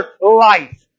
life